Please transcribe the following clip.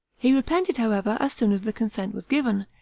he repented, however, as soon as the consent was given,